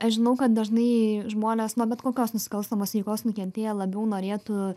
aš žinau kad dažnai žmonės nuo bet kokios nusikalstamos veikos nukentėję labiau norėtų